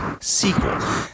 sequel